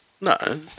No